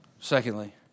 Secondly